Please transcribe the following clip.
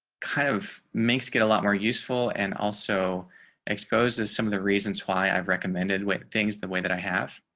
kind of makes get a lot more useful and also exposes some of the reasons why i've recommended with things the way that i have